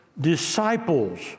disciples